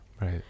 Right